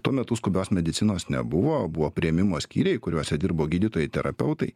tuo metu skubios medicinos nebuvo buvo priėmimo skyriai kuriuose dirbo gydytojai terapeutai